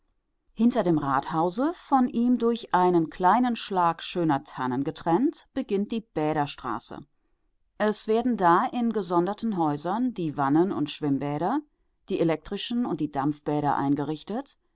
hinter dem rathause von ihm durch einen kleinen schlag schöner tannen getrennt beginnt die bäderstraße es werden da in gesonderten häusern die wannen und schwimmbäder die elektrischen und die dampfbäder eingerichtet